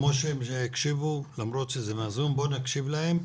כמו שהם הקשיבו, למרות שהם בזום, בואו נקשיב להם.